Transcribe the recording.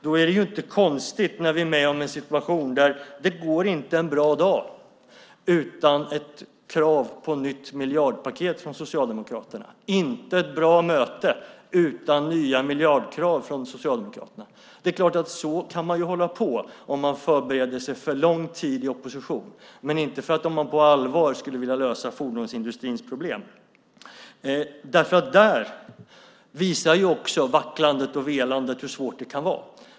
Då är det ju inte konstigt att vi har en situation där det inte går en bra dag utan ett krav från Socialdemokraterna på nytt miljardpaket, och inte ett bra möte utan nya miljardkrav från Socialdemokraterna. Det är klart att man kan hålla på så om man förbereder sig för lång tid i opposition, men inte om man på allvar skulle vilja lösa fordonsindustrins problem, därför att där visar också vacklandet och velandet hur svårt det kan vara.